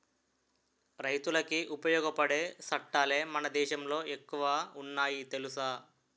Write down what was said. రైతులకి ఉపయోగపడే సట్టాలే మన దేశంలో ఎక్కువ ఉన్నాయి తెలుసా